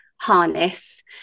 harness